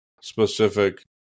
specific